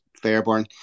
Fairborn